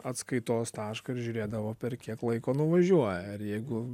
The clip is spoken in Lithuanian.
atskaitos tašką ir žiūrėdavo per kiek laiko nuvažiuoja ir jeigu